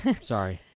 Sorry